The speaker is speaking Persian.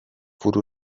فرو